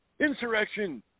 Insurrection